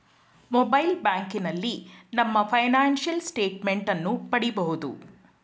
mobile ಬ್ಯಾಂಕಿನಲ್ಲಿ ನಮ್ಮ financial statement ಅನ್ನು ಪಡಿಬೋದು